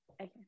Okay